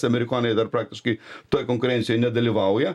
amerikonai dar praktiškai toj konkurencijoj nedalyvauja